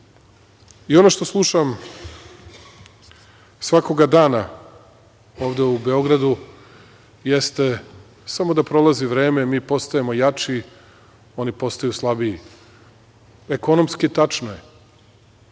što slušam svakoga dana ovde u Beogradu jeste - samo da prolazi vreme, mi postajemo jači, oni postaju slabiji. Ekonomski - tačno je,